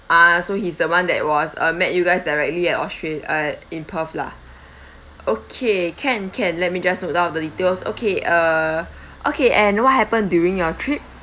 ah so he's the one that was uh met you guys directly at austral~ uh in perth lah okay can can let me just note down all of the details okay uh okay and what happened during your trip